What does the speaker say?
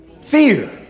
fear